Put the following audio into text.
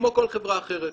כמו כל חברה אחרת.